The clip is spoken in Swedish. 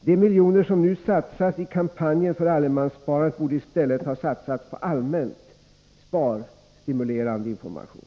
De miljoner som nu satsas i kampanjen för allemanssparandet borde i stället ha satsats på allmänt sparstimulerande information.